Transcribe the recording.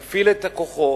יפעיל את כוחו